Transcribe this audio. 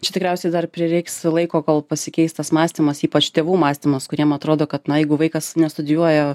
čia tikriausiai dar prireiks laiko kol pasikeis tas mąstymas ypač tėvų mąstymas kuriem atrodo kad na jeigu vaikas nestudijuoja